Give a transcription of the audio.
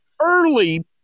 early